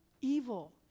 evil